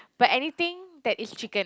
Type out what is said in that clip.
but anything that is chicken